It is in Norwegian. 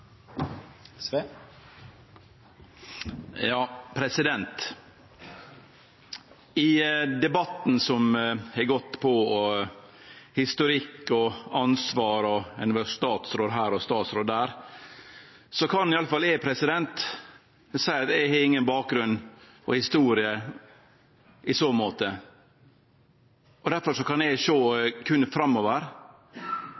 I debatten som har gått om historikk og ansvar og at ein har vore statsråd her og statsråd der, kan i alle fall eg seie at eg ikkje har nokon bakgrunn eller historie i så måte, og difor kan eg berre sjå